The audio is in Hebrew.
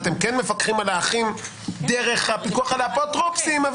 אז אתם כן מפקחים על האחים דרך הפיקוח על האפוטרופוסים.